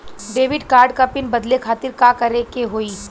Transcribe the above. Debit card क PIN बदले खातिर का करेके होई?